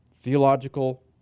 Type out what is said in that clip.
theological